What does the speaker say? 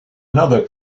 another